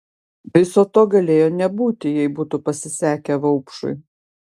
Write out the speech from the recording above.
viso to galėjo nebūti jei būtų pasisekę vaupšui